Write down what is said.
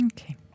Okay